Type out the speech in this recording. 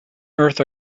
earth